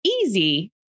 easy